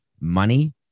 money